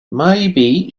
maybe